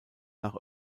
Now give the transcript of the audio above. nach